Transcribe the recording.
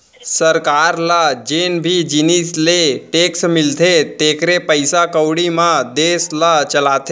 सरकार ल जेन भी जिनिस ले टेक्स मिलथे तेखरे पइसा कउड़ी म देस ल चलाथे